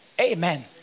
Amen